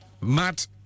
Matt